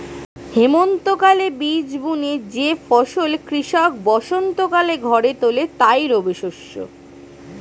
হেমন্তকালে বীজ বুনে যে ফসল কৃষক বসন্তকালে ঘরে তোলে তাই রবিশস্য